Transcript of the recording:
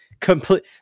complete